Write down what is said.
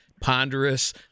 Ponderous